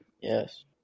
Yes